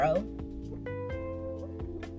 bro